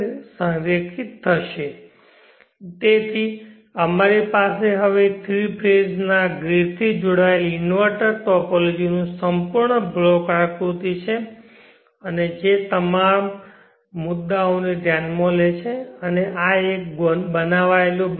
સંરેખિત થશે તેથી અમારી પાસે હવે અહીં થ્રી ફેઝ ના ગ્રીડથી જોડાયેલ ઇન્વર્ટર ટોપોલોજીનું સંપૂર્ણ બ્લોક આકૃતિ છે અને જે તમામ મુદ્દાઓને ધ્યાનમાં લે છે અને આ એક બનાવાયેલો બ્લોક છે